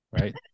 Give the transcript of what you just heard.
right